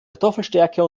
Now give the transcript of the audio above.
kartoffelstärke